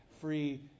free